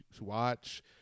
watch